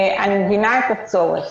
אני מבינה את הצורך,